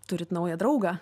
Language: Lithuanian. turit naują draugą